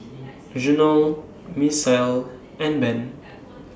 Reginal Misael and Ben